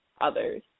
others